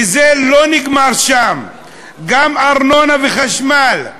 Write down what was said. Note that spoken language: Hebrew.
וזה לא נגמר שם, גם ארנונה וחשמל,